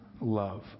love